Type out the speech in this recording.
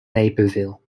naperville